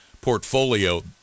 portfolio